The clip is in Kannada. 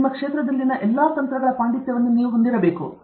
ನಿಮ್ಮ ಕ್ಷೇತ್ರದಲ್ಲಿನ ಎಲ್ಲಾ ತಂತ್ರಗಳ ಪಾಂಡಿತ್ಯವನ್ನು ನೀವು ಹೊಂದಿರಬೇಕು